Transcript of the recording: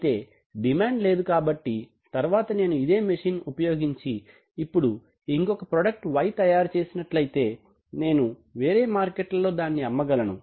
అయితే డిమాండ్ లేదు కాబట్టి తర్వాత నేను ఇదే మెషిన్ ఉపయోగించి ఇప్పుడు ఇంకొక ప్రోడక్ట్ Y తయారు చేసినట్లయితే నేను వేరే మార్కెట్లలో దానిని అమ్మగలను